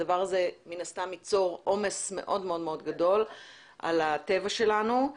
הדבר הזה מן הסתם ייצור עומס מאוד מאוד מאוד גדול על הטבע שלנו,